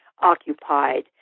occupied